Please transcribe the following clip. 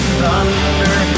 thunder